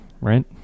right